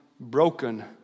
broken